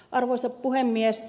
arvoisa puhemies